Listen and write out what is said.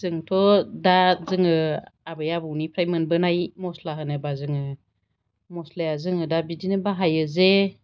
जोंथ' दा जोङो आबै आबौनिफ्राय मोनबोनाय मस्ला होनोबा जोङो मस्लाया जोङो दा बिदिनो बाहायो जे